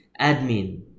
admin